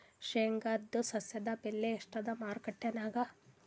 ಶೇಂಗಾದು ಸದ್ಯದಬೆಲೆ ಎಷ್ಟಾದಾ ಮಾರಕೆಟನ್ಯಾಗ?